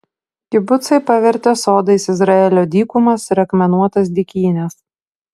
kibucai pavertė sodais izraelio dykumas ir akmenuotas dykynes